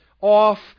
off